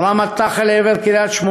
נורה מטח אל עבר קריית-שמונה,